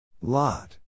Lot